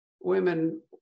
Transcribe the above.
women